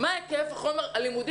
הילדים צריכים לקבל את החומר הלימודים